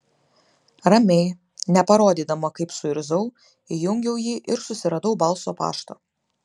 ramiai neparodydama kaip suirzau įjungiau jį ir susiradau balso paštą